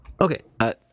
Okay